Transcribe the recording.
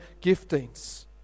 giftings